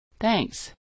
Thanks